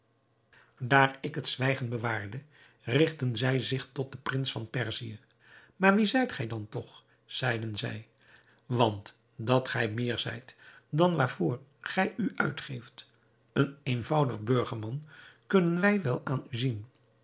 daar ik het zwijgen bewaarde rigtten zij zich tot den prins van perzië maar wie zijt gij dan toch zeiden zij want dat gij meer zijt dan waarvoor gij u uitgeeft een eenvoudig burgerman kunnen wij wel aan u zien